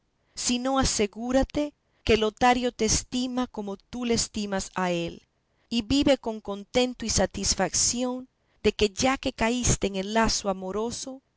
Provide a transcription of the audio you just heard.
sino asegúrate que lotario te estima como tú le estimas a él y vive con contento y satisfación de que ya que caíste en el lazo amoroso